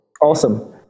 Awesome